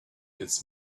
its